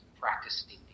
practicing